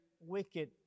wicked